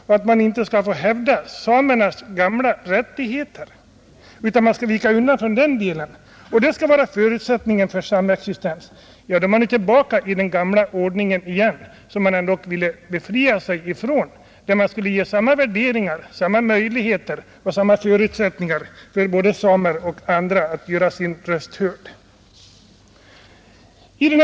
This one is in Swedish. Samerna har rätt att hävda sina gamla rättigheter utan att vara tvungna att vika undan i den delen. Skall inte det vara förutsättningen för samexistens, då är vi tillbaka i den gamla ordningen som man ändock ville befria sig ifrån genom att ge samma värderingar, möjligheter och förutsättningar för både samer och andra att göra sin röst hörd.